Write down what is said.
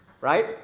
right